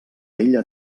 ella